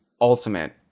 Ultimate